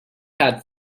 had